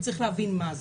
צריך להבין מה זה.